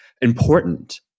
important